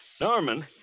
Norman